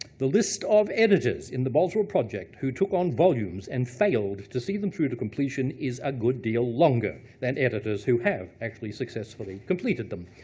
the list of editors in the boswell project, who took on volumes and failed to see them through to completion is a good deal longer than editors who have actually, successfully completed them.